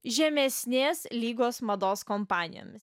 žemesnės lygos mados kompanijomis